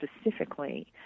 specifically